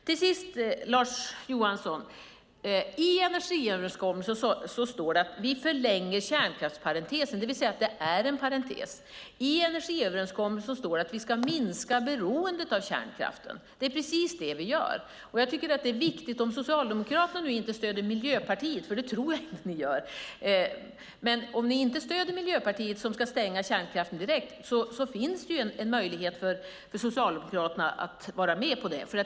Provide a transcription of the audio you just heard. Till sist, Lars Johansson, står det i energiöverenskommelsen att vi förlänger kärnkraftsparentesen, det vill säga att det är en parentes. I energiöverenskommelsen står det att vi ska minska beroendet av kärnkraften, och det är precis det vi gör. Om Socialdemokraterna nu inte stöder Miljöpartiet som ska stänga kärnkraften direkt - och det tror jag inte att ni gör - finns det en möjlighet för Socialdemokraterna att vara med på det.